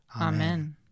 Amen